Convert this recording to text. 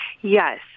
Yes